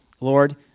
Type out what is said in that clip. Lord